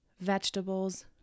vegetables